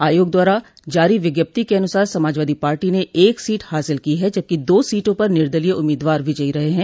आयोग द्वारा जारी विज्ञप्ति के अनुसार समाजवादी पार्टी ने एक सीट हासिल की है जबकि दो सीटों पर निर्दलीय उम्मीदवार विजयी रहे हैं